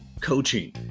coaching